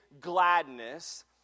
gladness